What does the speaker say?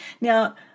Now